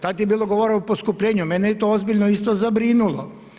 Tad je bilo govora o poskupljenju, mene je to ozbiljno isto zabrinuo.